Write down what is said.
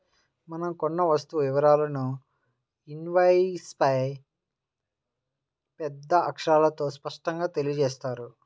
మనం కొన్న వస్తువు వివరాలను ఇన్వాయిస్పై పెద్ద అక్షరాలతో స్పష్టంగా తెలియజేత్తారు